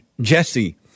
Jesse